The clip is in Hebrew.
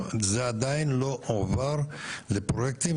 זה עדיין לא הועבר לפרויקטים,